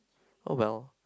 oh well